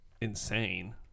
insane